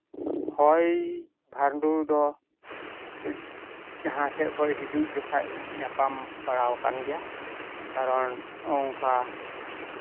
ᱦᱚᱭ ᱵᱷᱟᱱᱰᱳ ᱫᱚ ᱡᱟᱦᱟᱸ ᱥᱮᱫ ᱠᱷᱚᱡ ᱦᱤᱡᱩᱜ ᱡᱚᱠᱷᱚᱡ ᱧᱟᱯᱟᱢ ᱵᱟᱲᱟ ᱟᱠᱟᱱ ᱜᱮᱭᱟ ᱠᱟᱨᱚᱱ ᱚᱱᱠᱟ